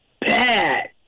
bad